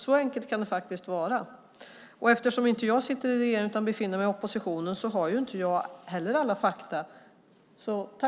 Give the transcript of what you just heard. Så enkelt kan det faktiskt vara, och eftersom jag inte sitter i regeringen utan befinner mig i opposition har inte jag heller alla fakta.